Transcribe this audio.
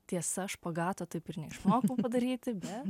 tiesa špagato taip ir neišmokau padaryti be